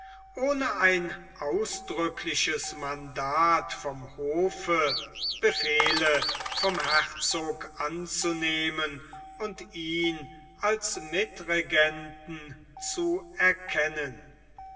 ohne ein ausdrückliches mandat von hofe befehle vom herzog anzunehmen und ihn als mitregenten zu erkennen